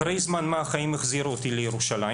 אחרי זמן מה החיים החזירו אותי לירושלים